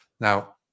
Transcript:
Now